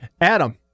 Adam